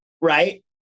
Right